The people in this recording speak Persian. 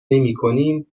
نمیکنیم